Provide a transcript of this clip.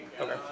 Okay